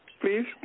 please